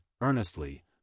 earnestly